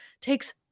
takes